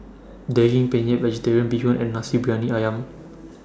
Daging Penyet Vegetarian Bee Hoon and Nasi Briyani Ayam